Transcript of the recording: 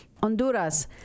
Honduras